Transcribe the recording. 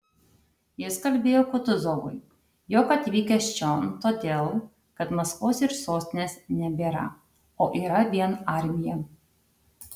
jis kalbėjo kutuzovui jog atvykęs čion todėl kad maskvos ir sostinės nebėra o yra vien armija